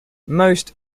most